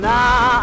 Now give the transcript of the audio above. Now